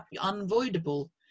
unavoidable